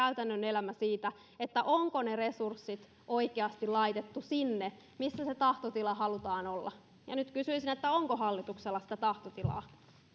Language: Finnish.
on kyse siitä onko ne resurssit oikeasti laitettu sinne missä sen tahtotilan halutaan olevan nyt kysyisin onko hallituksella sitä tahtotilaa